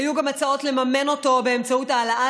היו גם הצעות לממן אותו באמצעות העלאת